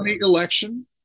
election